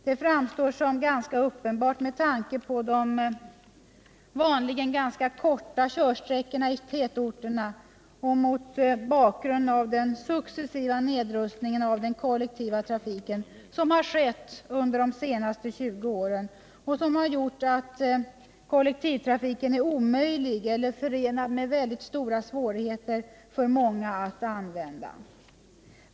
Detta framstår som ganska uppenbart med tanke på de vanligen ganska korta körsträckorna i tätorterna och mot bakgrund av den successiva nedrustning av den kollektiva trafiken som har skett under de senaste 20 åren och som har gjort att kollektivtrafiken är omöjlig eller förenad med mycket stora svårigheter för många att använda.